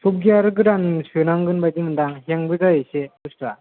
software गोदान सोनांगोन बायदि मोनदां हेंबो जायो एसे बुस्थुआ